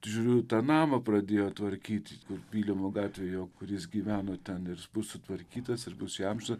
žiūriu ir tą namą pradėjo tvarkyti pylimo gatvėj jo kur jis gyveno ten ir bus sutvarkytas ir bus įamžintas